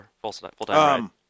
full-time